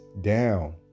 down